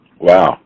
Wow